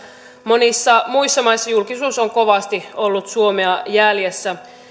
monissa muissa maissa julkisuus on kovasti ollut suomea jäljessä